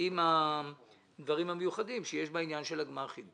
עם הדברים המיוחדים שיש בעניין של הגמ"חים,